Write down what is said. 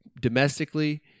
domestically